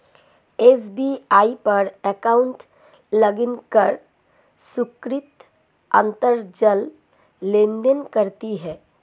SBI पर account login कर सुकृति अंतरजाल लेनदेन करती है